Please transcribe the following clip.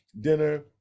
dinner